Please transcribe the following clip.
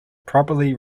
probably